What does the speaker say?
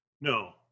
no